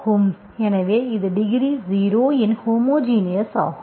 எனவே இது டிகிரி 0 இன் ஹோமோஜினஸ் ஆகும்